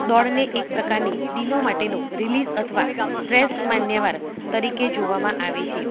દોડને એક પ્રકારની ડીનો માટેનો રિલીસ અથવા સ્ટ્રેસ માન્યવર તરીકે જોવામાં આવે છે